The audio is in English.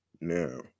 now